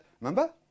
Remember